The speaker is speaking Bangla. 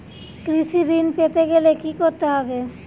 কৃষি ঋণ পেতে গেলে কি করতে হবে?